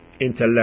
intellect